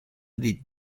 they